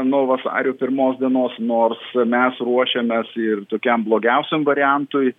nuo vasario pirmos dienos nors mes ruošėmės ir tokiam blogiausiam variantui